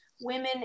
women